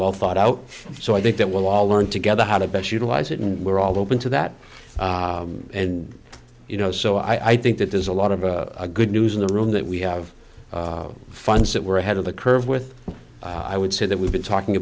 well thought out so i think that we'll all learn together how to best utilize it and we're all open to that and you know so i think that there's a lot of a good news in the room that we have funds that we're ahead of the curve with i would say that we've been talking